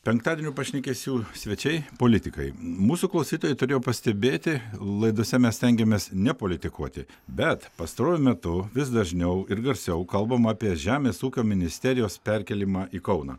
penktadienio pašnekesių svečiai politikai mūsų klausytojai turėjo pastebėti laidose mes stengiamės nepolitikuoti bet pastaruoju metu vis dažniau ir garsiau kalbama apie žemės ūkio ministerijos perkėlimą į kauną